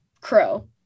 Crow